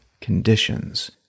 conditions